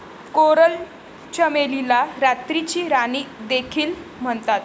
coral चमेलीला रात्रीची राणी देखील म्हणतात